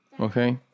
Okay